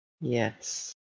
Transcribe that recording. Yes